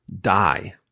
die